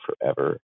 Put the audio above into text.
forever